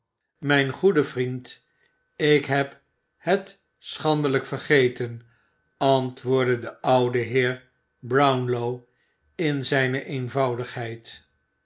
mijn goede vriend ik heb het schandelijk vergeten antwoordde de oude heer brownlow in zijne